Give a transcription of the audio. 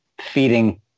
feeding